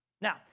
Now